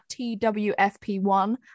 TWFP1